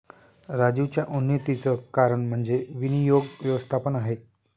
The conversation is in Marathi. राजीवच्या उन्नतीचं कारण म्हणजे विनियोग व्यवस्थापन आहे